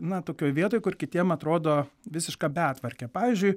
na tokioje vietoj kur kitiem atrodo visiška betvarkė pavyzdžiui